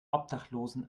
obdachlosen